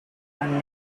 and